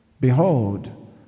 Behold